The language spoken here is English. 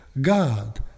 god